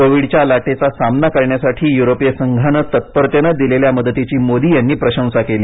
कोविडच्या लाटेचा सामना करण्यासाठी युरोपिय संघानं तत्परतेनं दिलेल्या मदतीची मोदी यांनी प्रशंसा केली